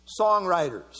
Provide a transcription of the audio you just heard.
songwriters